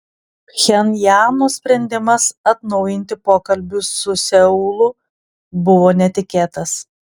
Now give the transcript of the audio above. pchenjano sprendimas atnaujinti pokalbius su seulu buvo netikėtas